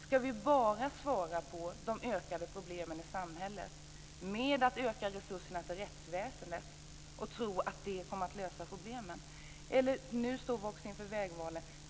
Ska vi bara svara på de ökade problemen i samhället genom att öka resurserna till rättsväsendet och tro att det kommer att lösa problemen? Vi står inför det vägvalet.